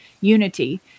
unity